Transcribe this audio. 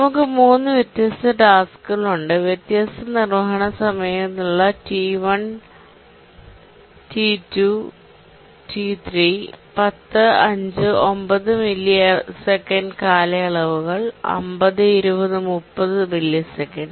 നമുക്ക് മൂന്ന് വ്യത്യസ്ത ടാസ്ക്കുകൾ ഉണ്ട് വ്യത്യസ്ത നിർവ്വഹണ സമയങ്ങളുള്ള T1T 2T 3 10 5 9 ms കാലയളവുകൾ 50 20 30 ms